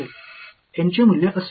एनचे मूल्य असेल